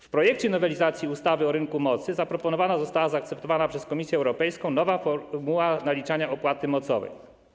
W projekcie nowelizacji ustawy o rynku mocy zaproponowana została zaakceptowana przez Komisję Europejską nowa formuła naliczania opłaty mocowej.